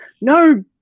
no